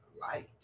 light